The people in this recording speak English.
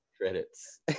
Credits